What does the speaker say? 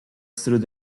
through